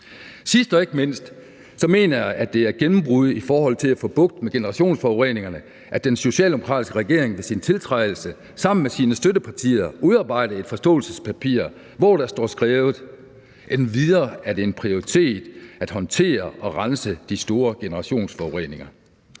Sidst, men ikke mindst, mener jeg, at det er et gennembrud i forhold til at få bugt med generationsforureningerne, at den socialdemokratiske regering ved sin tiltrædelse sammen med sine støttepartier udarbejdede et forståelsespapir, hvor der står skrevet: Endvidere er det en prioritet at håndtere og rense de store generationsforureninger.